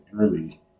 early